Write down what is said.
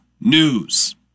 News